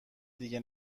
دیگه